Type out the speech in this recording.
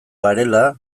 garela